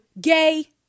gay